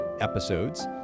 episodes